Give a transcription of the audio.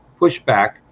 pushback